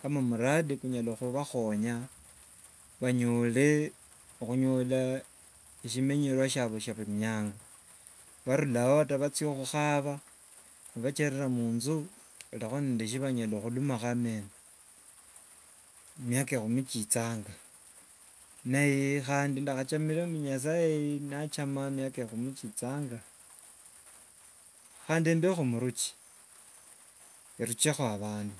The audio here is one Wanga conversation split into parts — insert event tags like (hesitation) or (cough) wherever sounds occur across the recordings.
Kama muradi kunyala khubakhunya bhanyole shimenyero shyiabyo sha buri- nyanga, barulao ni bacha khukhaba nibacherera munju bali nende shibanyala hulumakho ameno. Emiaka ekhumi kichanga ne (hesitation) khandi ndakhachamire mbu nyasaye nachama miaka ekhumi kichanga khandi mbekho muruchi, eruchekho abandu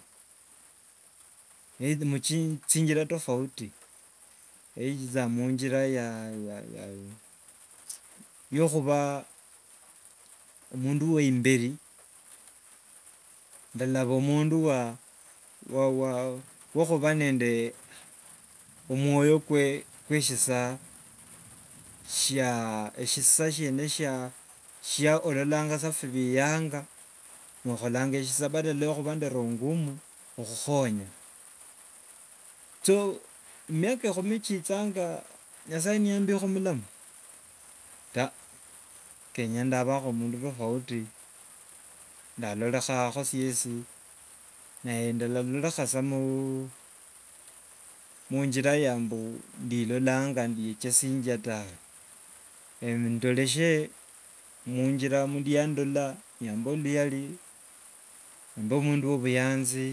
(unintelligible) muchinjira tofauti either munjira ya (hesitation) yokhuba omundu weimberi, ndalaba omundu wa okhuba nende omwoyo kwe- shisa shya esisha shene sha- sha orolanga mbu bhianga no- okholanga esisha badala ya khuba nende roho ngumu okhukhonya. So emiaka ekhumi chichanga nyasaye niyambekho mulamu ta kenya- ndabakho mundu tofauti ndalorekhakho syesi (hesitation) ndalorokha sa munjira mbu ndilolanga ndichesinga tawe. Ndoreshe munjira mundu yandolanga yamba luyari yambo oluyari. Ombe mundu wo obuyanzi.